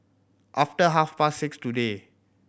after half past six today